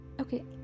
Okay